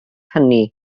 hynny